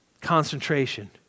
concentration